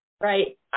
right